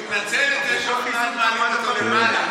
הוא מנצל את זה שעוד מעט מעלים אותו למעלה,